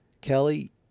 Kelly